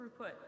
throughput